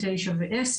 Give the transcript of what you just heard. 9 ו-10,